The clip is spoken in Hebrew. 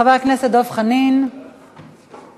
חבר הכנסת דב חנין, בבקשה.